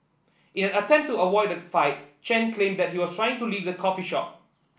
in an attempt to avoid a fight Chen claimed that he was trying to leave the coffee shop